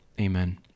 amen